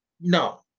No